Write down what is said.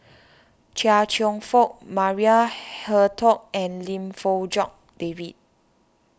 Chia Cheong Fook Maria Hertogh and Lim Fong Jock David